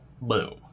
Boom